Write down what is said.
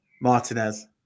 Martinez